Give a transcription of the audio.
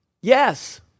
Yes